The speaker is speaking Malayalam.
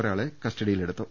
ഒരാളെ കസ്റ്റഡിയി ലെടുത്തു